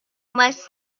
must